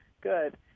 Good